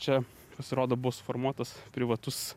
čia pasirodo buvo suformuotas privatus